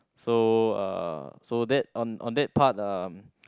so uh so that on on that part uh